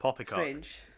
strange